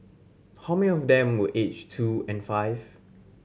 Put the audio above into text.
how many of them were aged two and five